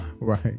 Right